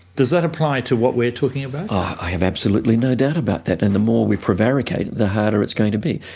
does that apply to what we're talking about? i have absolutely no doubt about that, and the more we prevaricate, the harder it's going to be.